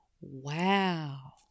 Wow